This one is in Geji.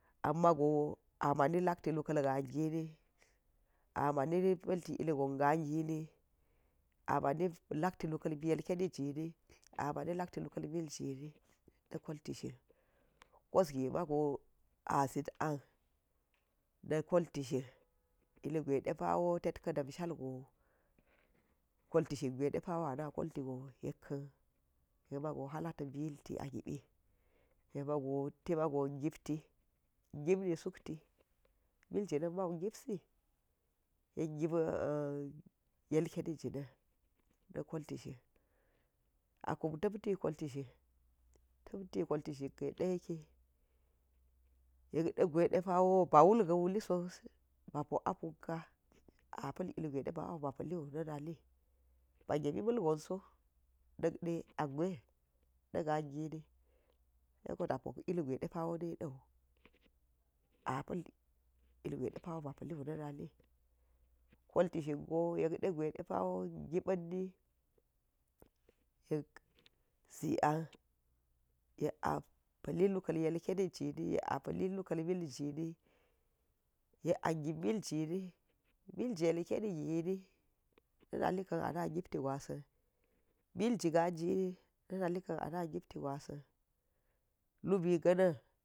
Amma go ama̱ni la̱tti luka̱l gagini, a ma̱ni paa̱lti ilgon gagin a mani latti luka̱l ji yileni jini a mani lakti luka̱l miljini, na kolti shin, kos gi mago a za̱t an, na̱ koltishin ilgwai depa̱wo tetka̱ damshah go, kolti shin depawo anama koltigo yekka̱n yekma̱go ha̱ atabi yilti a gibi yekago tima̱go gipti gipni sukti, miljina̱n ma̱u gipsi yek gip yek keni gana̱n, na kolti shin a kum tamti koltishin, tamti golkishin ka̱n ɗe yekke, yekɗe gwai de pawo ba̱ klul ga̱ kluliso ba̱ pok a pumka̱ apa̱l ilgwai depa̱wo bapaliu na̱ na̱li ba̱ gemi ma̱lgonso na̱kde a gwa̱i naga gini, haiko ta̱ pok ilgwa̱i ɗepa̱wo nidawu, a pa̱l igwai depa̱wo ba̱ paliklu na̱ na̱li, koltishin go yekɗe gwa̱i ɗe pa̱wo gipa̱nna̱n yek zi an, yek a pa̱lli luka̱ tyelke ni jini, yek a pali luka̱l miljini yek a gip miljini milji yen uwa̱ gini na̱ na̱lli ka̱n ana̱ gipti gwa̱sa̱n, milji ga̱ jinni na̱ na̱lka̱n ana̱ gipti gwa̱sa̱n lubi ga̱na̱n